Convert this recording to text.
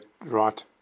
right